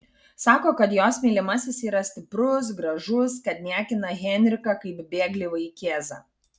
sako kad jos mylimasis yra stiprus gražus kad niekina henriką kaip bėglį vaikėzą